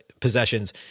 possessions